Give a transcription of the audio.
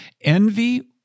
Envy